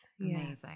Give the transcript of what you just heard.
Amazing